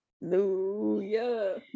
hallelujah